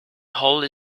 holy